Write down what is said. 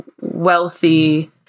wealthy